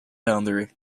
boundary